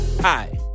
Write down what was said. Hi